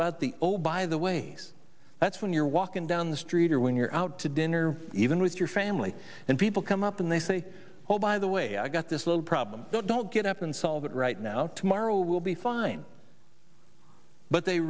about the obeid of the ways that's when you're walking down the street or when you're out to dinner or even with your family and people come up and they say oh by the way i got this little problem don't get up and solve it right now tomorrow will be fine but they